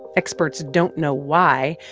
experts don't know why.